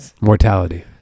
Mortality